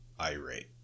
irate